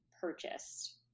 purchased